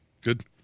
Good